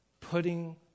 putting